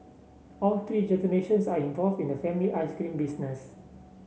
all three generations are involved in the family ice cream business